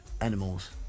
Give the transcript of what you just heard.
animals